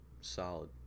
solid